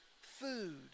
food